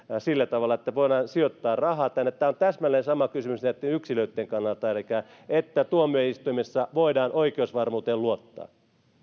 sillä tavalla että voidaan sijoittaa rahaa tänne tämä on täsmälleen sama kysymys näitten yksilöitten kannalta elikkä että tuomioistuimessa voidaan oikeusvarmuuteen luottaa